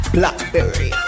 Blackberry